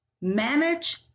manage